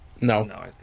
No